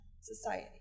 society